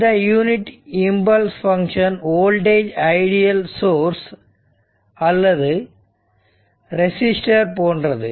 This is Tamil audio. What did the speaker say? இந்த unit impulse function voltage ideal source அல்லது ரெசிஸ்டர் போன்றது